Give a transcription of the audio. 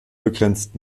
begrenzt